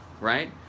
right